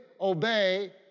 obey